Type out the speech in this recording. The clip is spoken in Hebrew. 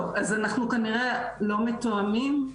טוב, אז אנחנו כנראה לא מתואמים.